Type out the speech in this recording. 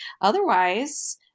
otherwise